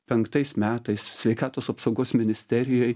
penktais metais sveikatos apsaugos ministerijoj